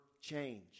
change